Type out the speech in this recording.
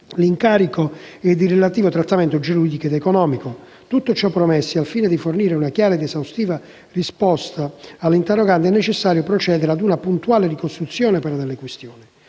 l'incarico ed il relativo trattamento giuridico ed economico. Ciò premesso, al fine di fornire una chiara ed esaustiva risposta ai quesiti dell'interrogante è necessario procedere ad una puntuale ricostruzione delle questioni.